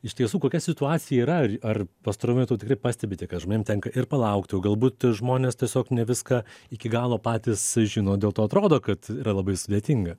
iš tiesų kokia situacija yra ar ar pastaruoju metu tikrai pastebite kad žmonėm tenka ir palaukti o galbūt žmonės tiesiog ne viską iki galo patys žino dėl to atrodo kad yra labai sudėtinga